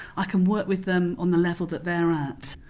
i can work with them on the level that they're at.